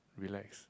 relax